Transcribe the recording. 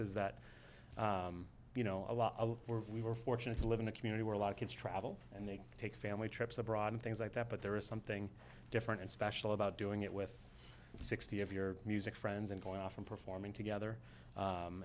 is that you know a lot were we were fortunate to live in a community where a lot of kids travel and they take family trips abroad and things like that but there is something different and special about doing it with sixty of your music friends and going off and performing together